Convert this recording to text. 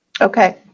Okay